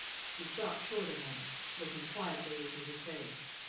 she stopped short a moment, looking quietly into his face,